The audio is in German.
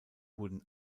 wurden